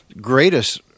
greatest